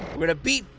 we're gonna beat,